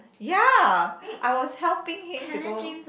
ya I was helping him to go